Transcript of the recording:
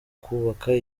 kubaka